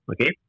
okay